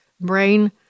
brain